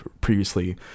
previously